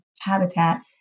habitat